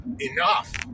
enough